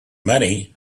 money